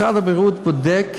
משרד הבריאות בודק